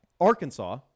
Arkansas